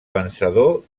vencedor